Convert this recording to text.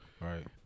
Right